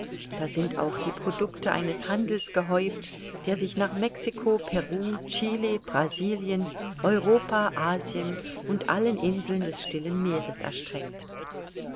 da sind auch die producte eines handels gehäuft der sich nach mexiko peru chili brasilien europa asien und allen inseln des stillen meeres erstreckt